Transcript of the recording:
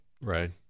right